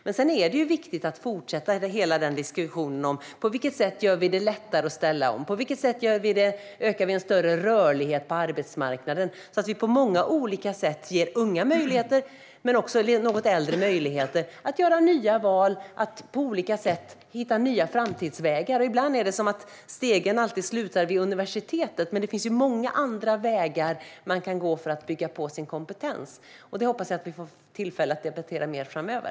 Det är viktigt att fortsätta att föra hela diskussionen. På vilket sätt gör vi det lättare att ställa om? På vilket sätt ökar vi rörligheten på arbetsmarknaden så att vi på många olika sätt ger unga, men också något äldre, möjligheter att göra nya val och på olika sätt hitta nya framtidsvägar? Ibland verkar det som att stegen alltid slutar vid universitetet, men det finns många andra vägar man kan gå för att bygga på sin kompetens. Det hoppas jag att vi får tillfälle att debattera mer framöver.